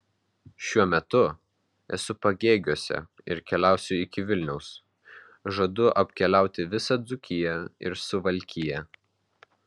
šiuo metu esu pagėgiuose ir keliausiu iki vilniaus žadu apkeliauti visą dzūkiją ir suvalkiją